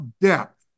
depth